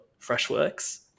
Freshworks